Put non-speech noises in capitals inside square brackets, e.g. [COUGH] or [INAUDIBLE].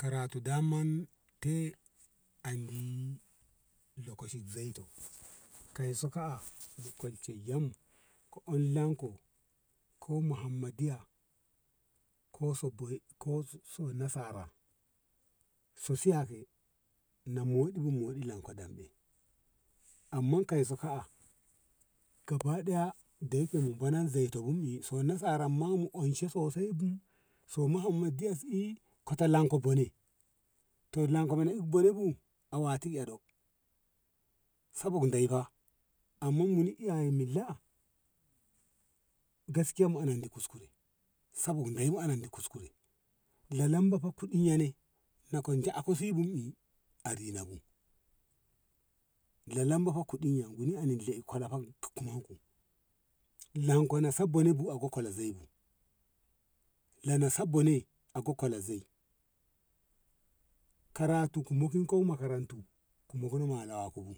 karatu daman te andi lokaci zei to [NOISE] kai [NOISE] so ka`a ni kwalce yam lan ko, ko mahammadiya ko sobbe ko so yi nasara shu shuwake nem modi bu modi la ka damɗe amma kaiso ka`a gabaɗaya dayyake mu banan zei ta bu so nasaran ma mu unshe sosai bu so mahammadiyyyas kota lan ko bone to lan ko i bone bu a wati eh ɗo sabo ga dei fa amma muni ya milla gaskiya mu ana di kuskure la lamba fa kudi ya nei yyo a kwance si bu nei? a dina bu lalamba kudin ya yu anin lei ku kumen a kunen ku lan ku kwal bone a kwal zei bu la la sek bone a ko she zai karatu ku mokin ko makaran tu ku malko mala ko bu